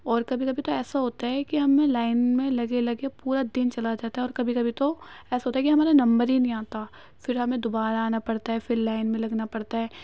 اور کبھی کبھی تو ایسا ہوتا ہے کہ ہمیں لائن میں لگے لگے پورا دن چلا جاتا ہے اور کبھی کبھی تو ایسا ہوتا ہے کہ ہمارا نمبر ہی نہیں آتا پھر ہمیں دوبارہ آنا پڑتا ہے پھر لائن میں لگنا پڑتا ہے